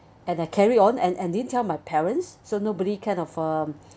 and I carry on and didn't tell my parents so nobody can kind of uh